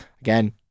Again